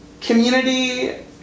community